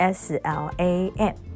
slam